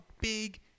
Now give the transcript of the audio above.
big